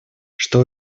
что